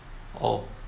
oh